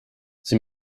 sie